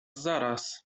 zaraz